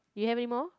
you have anymore